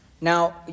Now